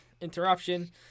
interruption